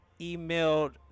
emailed